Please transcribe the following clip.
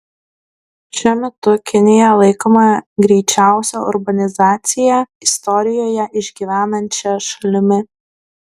šiuo metu kinija laikoma greičiausią urbanizaciją istorijoje išgyvenančia šalimi